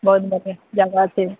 बहुत बढ़िआँ जगह छै